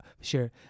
sure